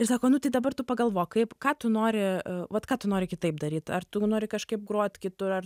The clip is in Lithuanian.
ir sako nu tai dabar tu pagalvok kaip ką tu nori vat ką tu nori kitaip daryt ar tu nori kažkaip grot kitur ar